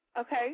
Okay